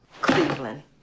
Cleveland